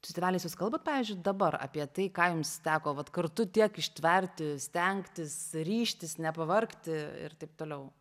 su tėveliais vis kalbat pavyzdžiui dabar apie tai ką jums teko vat kartu tiek ištverti stengtis ryžtis nepavargti ir taip toliau